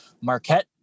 Marquette